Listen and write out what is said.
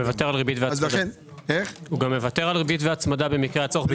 הביטוח הלאומי גם מוותר על ריבית והצמדה במקרי הצורך.